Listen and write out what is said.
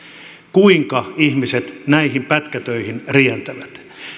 kuinka ihmiset näihin pätkätöihin rientävät